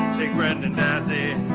take brendan dassey. oh,